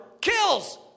kills